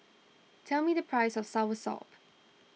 tell me the price of soursop